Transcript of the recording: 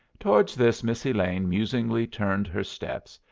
towards this miss elaine musingly turned her steps,